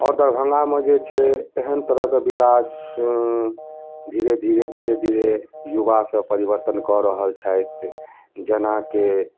आओर दरभङ्गामे जे छै एहन तरहके विकास धीरे धीरे धीरे धीरे युवा सभ परिवर्तन कऽ रहल छथि जेना कि